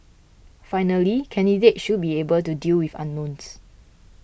finally candidates should be able to deal with unknowns